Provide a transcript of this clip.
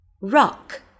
Rock